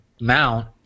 mount